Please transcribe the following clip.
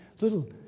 little